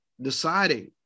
deciding